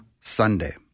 Sunday